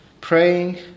praying